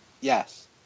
yes